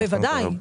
בוודאי.